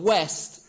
West